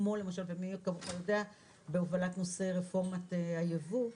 כמו למשל, בהובלת נושא רפורמת הייבוא,